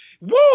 woo